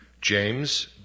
James